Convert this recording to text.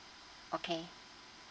okay